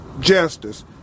justice